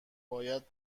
باید